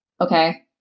okay